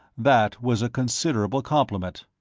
that was a considerable compliment.